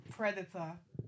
predator